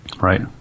right